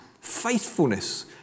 faithfulness